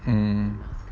mm